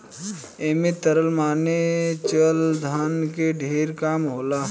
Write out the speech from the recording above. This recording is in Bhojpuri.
ऐमे तरल माने चल धन के ढेर काम होला